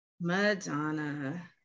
madonna